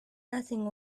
nothing